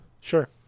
sure